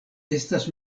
estas